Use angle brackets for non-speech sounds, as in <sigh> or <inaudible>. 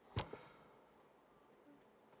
<breath>